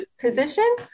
position